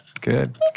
Good